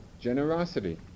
generosity